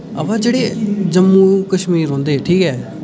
अमां जेह्ड़े जम्मू कश्मीर रौंह्दे ठीक ऐ